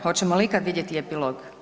Hoćemo li ikada vidjeti epilog?